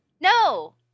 No